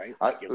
right